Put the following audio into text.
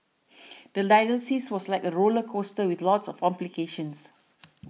the dialysis was like a roller coaster with lots of complications